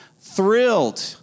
Thrilled